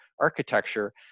architecture